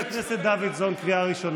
חבר הכנסת דוידסון, קריאה ראשונה.